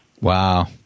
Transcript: Wow